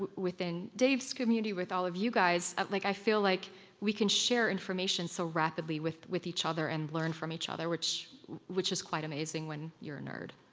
within dave's community, with all of you guys. like i feel like we can share information so rapidly with with each other and learn from each other, which which is quite amazing when you're a nerd